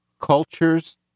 cultures